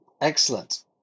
excellent